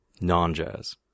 Non-jazz